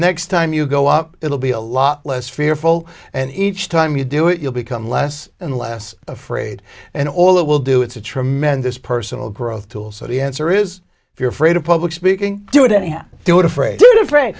next time you go up it will be a lot less fearful and each time you do it you'll become less and less afraid and all it will do it's a tremendous personal growth tool so the answer is if you're afraid of public speaking